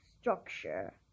structure